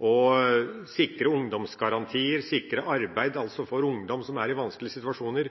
å sikre ungdomsgarantier, sikre arbeid for ungdom som er i vanskelige situasjoner,